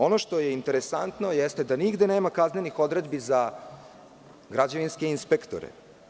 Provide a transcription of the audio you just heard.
Ono što je interesantno jeste da nigde nema kaznenih odredbi za građevinske inspektore.